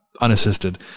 unassisted